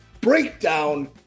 breakdown